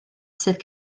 sydd